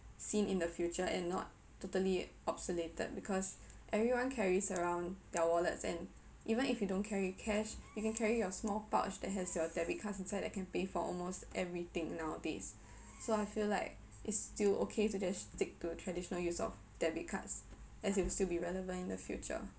seen in the future and not totally obsolete because everyone carries around their wallets and even if you don't carry cash you can carry your small pouch that has your debit cards inside that can pay for almost everything nowadays so I feel like it's still okay to just stick to traditional use of debit cards as it will still be relevant in the future